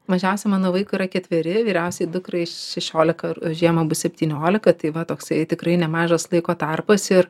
mažiausiam mano vaikui yra ketveri vyriausiai dukrai šešiolika ir žiemą bus septyniolika tai va toksai tikrai nemažas laiko tarpas ir